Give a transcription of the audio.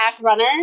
runner